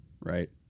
right